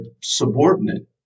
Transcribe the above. subordinate